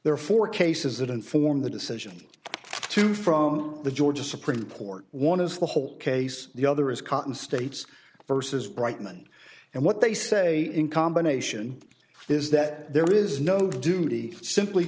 their four cases that inform the decision to from the georgia supreme court one is the whole case the other is cotton states versus brightman and what they say in combination is that there is no duty simply